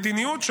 מדיניות?